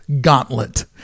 gauntlet